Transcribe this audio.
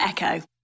Echo